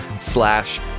slash